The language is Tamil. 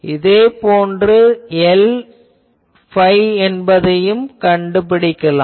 இதே போன்று Lϕ என்பதையும் கண்டுபிடிக்கலாம்